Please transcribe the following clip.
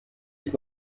ich